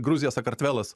gruzija sakartvelas